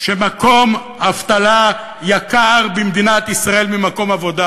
שמקום אבטלה יקר במדינת ישראל ממקום עבודה.